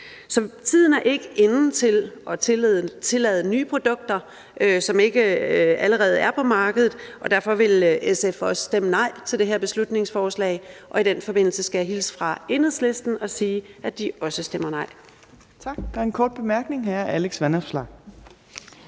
Så tiden er ikke inde til at tillade nye produkter, som ikke allerede er på markedet, og derfor vil SF også stemme nej til det her beslutningsforslag. Og i den forbindelse skal jeg hilse fra Enhedslisten og sige, at de også stemmer nej.